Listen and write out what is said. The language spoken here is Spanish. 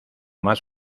más